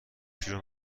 شروع